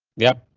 yep,